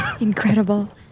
Incredible